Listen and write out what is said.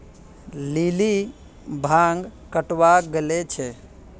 lily भांग कटावा गले छे